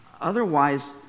Otherwise